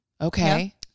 Okay